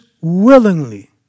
willingly